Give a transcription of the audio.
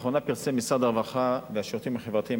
לאחרונה פרסם משרד הרווחה והשירותים החברתיים